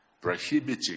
prohibiting